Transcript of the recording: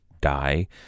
die